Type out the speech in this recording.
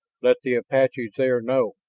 let the apaches there know.